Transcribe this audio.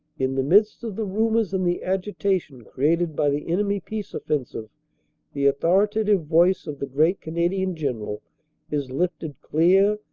in the midst of the rumors and the agitation created by the enemy peace offensive the authoritative voice of the great canadian general is lifted clear,